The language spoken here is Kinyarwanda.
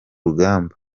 rugamba